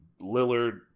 Lillard